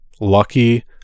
lucky